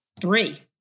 three